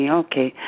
okay